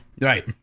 Right